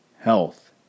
health